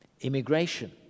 immigration